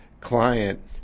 client